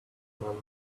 month